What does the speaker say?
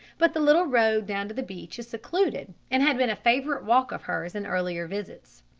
but the little road down to the beach is secluded and had been a favourite walk of hers in earlier visits.